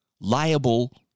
liable